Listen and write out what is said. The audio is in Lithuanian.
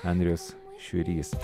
andrius šiurys